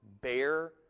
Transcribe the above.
bear